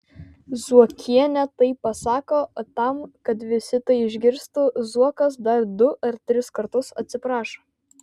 zuokienė taip pasako o tam kad visi tai išgirstų zuokas dar du ar tris kartus atsiprašo